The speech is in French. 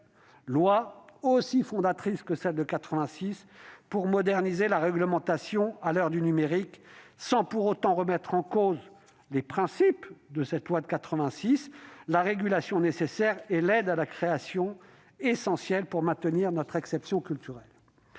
loi aussi fondatrice que celle de 1986 pour moderniser la réglementation à l'heure du numérique, sans pour autant remettre en cause les principes de cette loi de 1986, à savoir la nécessaire régulation et l'aide à la création, essentielle pour maintenir notre exception culturelle.